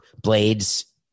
blades